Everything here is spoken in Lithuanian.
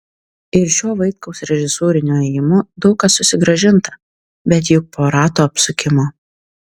ir šiuo vaitkaus režisūriniu ėjimu daug kas susigrąžinta bet juk po rato apsukimo